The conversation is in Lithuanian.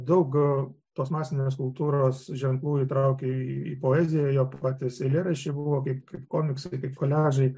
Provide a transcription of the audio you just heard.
daug tos masinės kultūros ženklų įtraukė į poeziją jo paties eilėraščiai buvo kaip kaip komiksai kaip koliažai